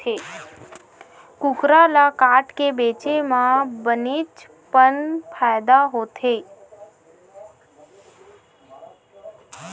कुकरा ल काटके बेचे म बनेच पन फायदा होथे